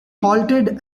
halted